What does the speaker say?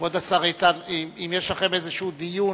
כבוד השר איתן, אם יש לכם איזה דיון,